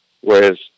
Whereas